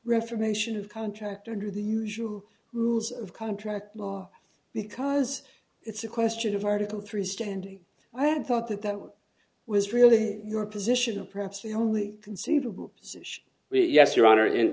reformation of contract under the usual rules of contract law because it's a question of article three standing i had thought that that one was really your position and perhaps the only conceivable position yes your honor and